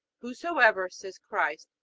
whosoever, says christ,